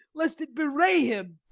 lest it bewray him.